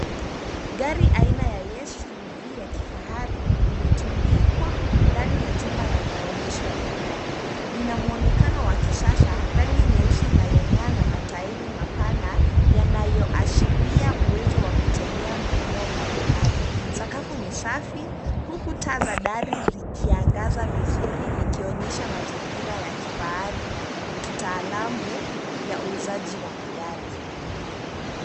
Gari aina ya SUV ya kifahari limetundikwa ndani ya chumba ya maonyesho ya magari. Lina mwonekano wa kisasa, rangi nyeusi inayong'aa na matairi mapana yanayoashiria uwezo wa kutembea maeneo mbalimbali. Sakafu ni safi, huku taa za dari zikiangazia vizuri vikionyesha mazingira ya kifahari na kitaalamu ya uuzaji wa magari.